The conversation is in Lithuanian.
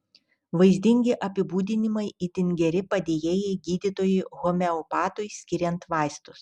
vaizdingi apibūdinimai itin geri padėjėjai gydytojui homeopatui skiriant vaistus